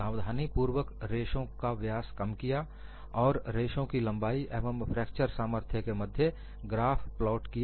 सावधानीपूर्वक रेशों का व्यास कम किया और रेशों की मोटाई एवं फ्रैक्चर सामर्थ्य के मध्य ग्राफ प्लॉट किया